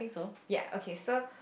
ya okay so